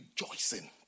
rejoicing